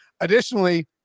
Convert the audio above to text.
Additionally